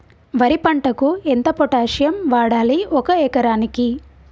వరి పంటకు ఎంత పొటాషియం వాడాలి ఒక ఎకరానికి?